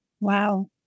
Wow